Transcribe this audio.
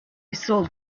sold